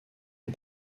les